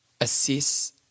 Assess